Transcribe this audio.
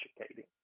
educating